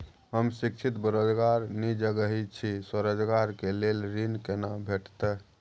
हम शिक्षित बेरोजगार निजगही छी, स्वरोजगार के लेल ऋण केना भेटतै?